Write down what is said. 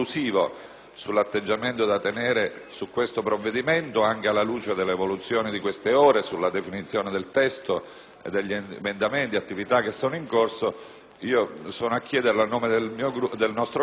sull'atteggiamento da tenere sul provvedimento, anche alla luce dell'evoluzione di queste ore sulla definizione del testo e degli emendamenti, attività che sono in corso, le chiedo a nome del nostro Gruppo